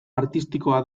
artistikoa